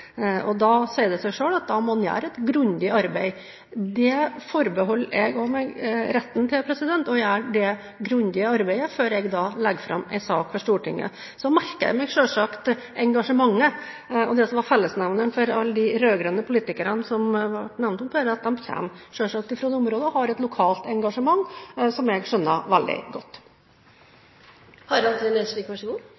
Da sier det seg selv at da må en gjøre et grundig arbeid. Det forbeholder jeg meg også retten til, og jeg gjør det grundige arbeidet før jeg legger fram en sak for Stortinget. Så merker jeg meg selvsagt engasjementet. Det som var fellesnevneren for alle de rød-grønne politikerne som ble nevnt her, er selvsagt at de kommer fra dette området og har et lokalt engasjement, som jeg skjønner veldig godt.